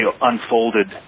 unfolded